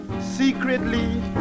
secretly